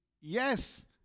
yes